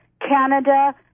Canada